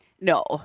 No